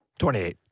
28